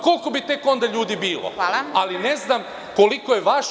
Koliko bi tek onda ljudi bilo, ali ne znam koliko je vaših